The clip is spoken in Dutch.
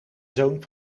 zoon